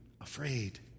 afraid